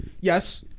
Yes